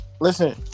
Listen